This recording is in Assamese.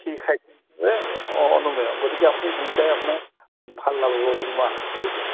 সেই অনুমেয় গতিকে আপুনি দুয়োটাই আপোনাৰ ভাল লাভ হ'ব বুলি মই আশা কৰিলোঁ